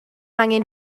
angen